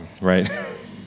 right